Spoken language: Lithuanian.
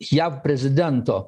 jav prezidento